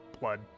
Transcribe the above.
blood